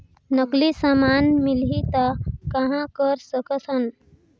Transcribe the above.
नकली समान मिलही त कहां कर सकथन?